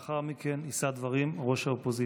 לאחר מכן יישא דברים ראש האופוזיציה.